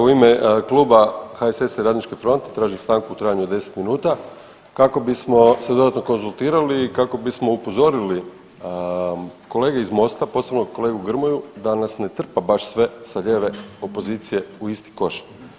U ime kluba HSS-a i Radničke fronte tražim stanku u trajanju od 10 minuta kako bismo se dodatno konzultirali i kako bismo upozorili kolege iz MOST-a, posebno kolegu Grmoju da nas ne trpa baš sve sa lijeve opozicije u isti koš.